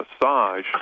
massage